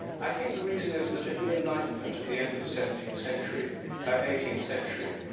i think the reason is that in the enlightenment of the end of the seventeenth century or eighteenth century,